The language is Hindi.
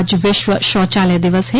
आज विश्व शौचालय दिवस है